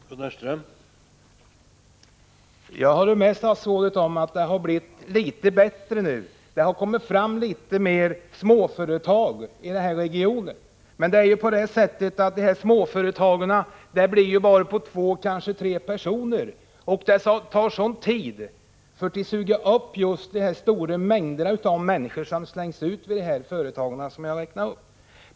Herr talman! Jag håller med statsrådet om att det har blivit litet bättre. Det har kommit fram litet fler småföretag i regionen än tidigare. Men småföretagen ger bara arbete åt två eller tre personer, och det tar mycket lång tid att suga upp de stora mängder människor som slängs ut från de företag som jag har räknat upp.